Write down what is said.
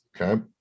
okay